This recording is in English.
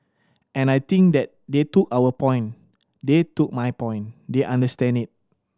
and I think that they took our point they took my point they understand it